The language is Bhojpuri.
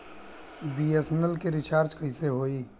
बी.एस.एन.एल के रिचार्ज कैसे होयी?